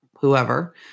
whoever